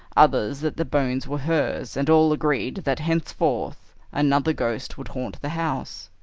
others that the bones were hers, and all agreed that henceforth another ghost would haunt the house.